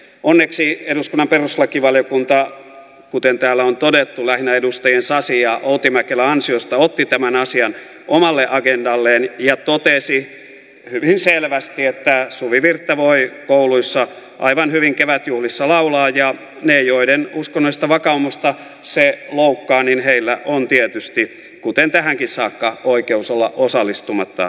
onneksi eduskunnan perustuslakivaliokunta kuten täällä on todettu lähinnä edustajien sasi ja outi mäkelä ansiosta otti tämän asian omalle agendalleen ja totesi hyvin selvästi että suvivirttä voi kouluissa aivan hyvin kevätjuhlissa laulaa ja niillä joiden uskonnollista vakaumusta se loukkaa on tietysti kuten tähänkin saakka oikeus olla osallistumatta näihin tilaisuuksiin